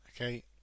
Okay